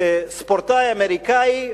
ספורטאי אמריקני,